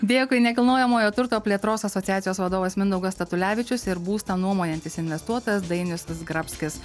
dėkui nekilnojamojo turto plėtros asociacijos vadovas mindaugas statulevičius ir būstą nuomojantis investuotojas dainius zgrabskis